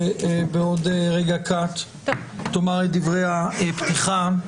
והיא תאמר עוד רגע קט את דברי הפתיחה.